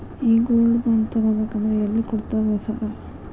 ಈ gold bond ತಗಾಬೇಕಂದ್ರ ಎಲ್ಲಿ ಕೊಡ್ತಾರ ರೇ ಸಾರ್?